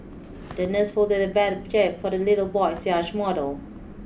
the nurse folded a paper jib for the little boy's yacht model